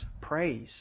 praise